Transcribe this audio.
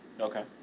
Okay